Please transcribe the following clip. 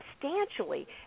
substantially